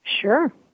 Sure